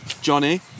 Johnny